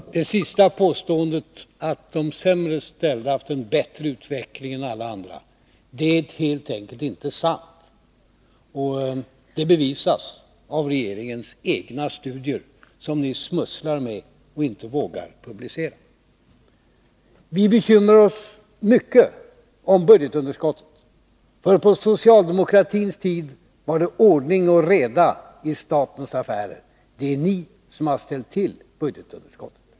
Herr talman! Det senaste påståendet, att de sämst ställda har haft en bättre utveckling än alla andra, är helt enkelt inte sant, och det bevisas av regeringens egna studier, som ni smusslar med och inte vågar publicera. Vi bekymrar oss mycket över budgetunderskottet. På socialdemokraternas tid var det ordning och reda i statens affärer. Det är ni som har ställt till budgetunderskottet.